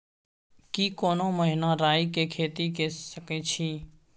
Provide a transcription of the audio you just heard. की कोनो महिना राई के खेती के सकैछी?